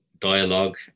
dialogue